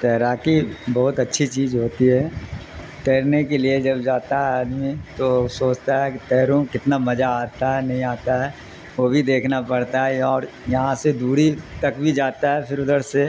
تیراکی بہت اچھی چیج ہوتی ہے تیرنے کے لیے جب جاتا ہے آدمی تو سوچتا ہے کہ تیروں کتنا مجا آتا ہے نہیں آتا ہے وہ بھی دیکھنا پڑتا ہے اور یہاں سے دوری تک بھی جاتا ہے پھر ادھر سے